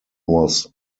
was